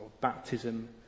baptism